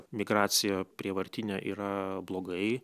migracija prievartinė yra blogai